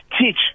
teach